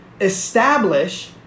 Establish